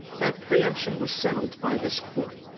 that preemption was settled by this court.